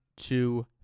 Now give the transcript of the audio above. two